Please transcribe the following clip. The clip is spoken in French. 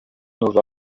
nova